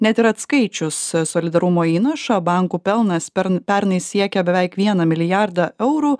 net ir atskaičius solidarumo įnašą bankų pelnas pern pernai siekė beveik vieną milijardą eurų